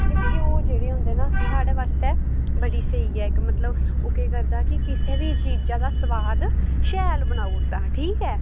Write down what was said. ते घ्यौ जेह्ड़े होंदे न साढ़ै बास्तै बड़ी स्हेई ऐ मतलव ओह् केह् करदा कि किसै बी चीजा दा स्वाद शैल बनाउड़दा ठीक ऐ